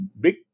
big